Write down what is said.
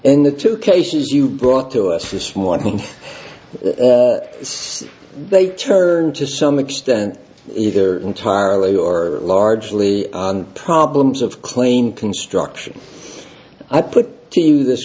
in the two cases you brought to us this morning that they turned to some extent either entirely or largely problems of claim construction i put to you this